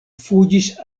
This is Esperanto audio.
fuĝis